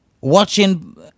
watching